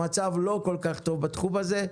המצב לא כל כך טוב בתחום הזה.